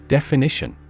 Definition